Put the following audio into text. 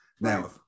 Now